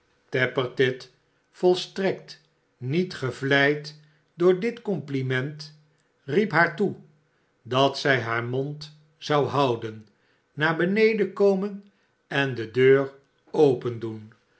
tappertit volstrekt niet gevleid door dit compliment riep haar toe dat zij haar mond zou houden naar beneden komen en de deur opendoen